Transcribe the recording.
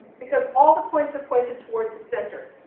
because all the points are pointed toward the center.